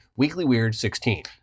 weeklyweird16